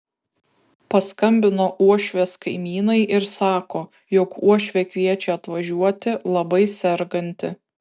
paskambino uošvės kaimynai ir sako jog uošvė kviečia atvažiuoti labai serganti